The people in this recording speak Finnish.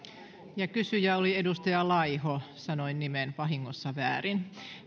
ja kysyjä oli edustaja laiho sanoin nimen vahingossa väärin